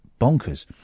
bonkers